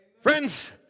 Friends